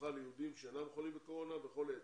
פתוחה ליהודים שאינם חולים בקורונה בכל עת.